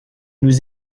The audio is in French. nous